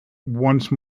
once